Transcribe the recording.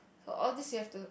so all these you have to